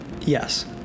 Yes